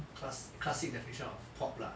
clas~ classic definition of pop lah